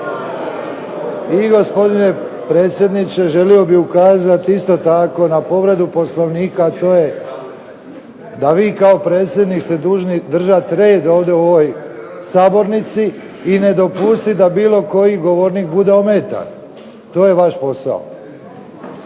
i gospodine predsjedniče želio bih ukazati isto tako na povredu Poslovnika, a to je da vi kao predsjednik ste dužni držati red ovdje u ovoj sabornici i ne dopustiti da bilo koji govornik bude ometan. To je vaš posao.